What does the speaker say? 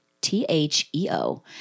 T-H-E-O